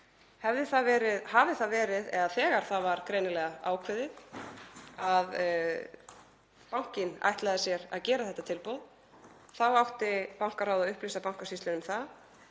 að það væri orðrómur. Þegar það var greinilega ákveðið að bankinn ætlaði sér að gera þetta tilboð þá átti bankaráð að upplýsa Bankasýsluna um það,